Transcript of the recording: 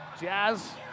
Jazz